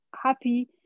happy